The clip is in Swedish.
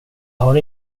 har